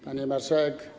Pani Marszałek!